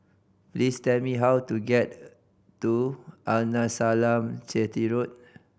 please tell me how to get to Arnasalam Chetty Road